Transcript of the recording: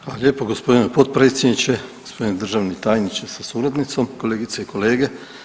Hvala lijepo gospodine potpredsjedniče, gospodine državni tajniče sa suradnicom, kolegice i kolege.